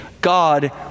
God—